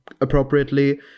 appropriately